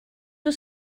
for